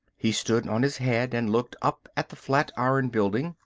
he stood on his head and looked up at the flat-iron building.